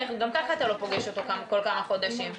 אנחנו